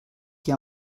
que